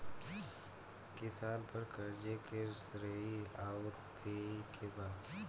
किसान पर क़र्ज़े के श्रेइ आउर पेई के बा?